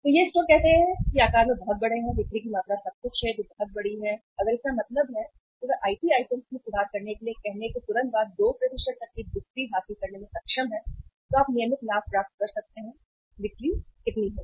तो ये स्टोर जो कहते हैं कि आकार में बहुत बड़े हैं बिक्री की मात्रा सब कुछ है जो बहुत बड़ी हैं अगर इसका मतलब है कि वे आईटी आइटम्स में सुधार करने के लिए कहने के तुरंत बाद 2 तक बिक्री हासिल करने में सक्षम हैं तो आप नियमित लाभ प्राप्त कर सकते हैं बिक्री कितनी होगी